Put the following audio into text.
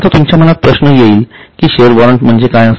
आता तुमच्या मनात प्रश्न येईल कि शेअर वॉरंट काय असते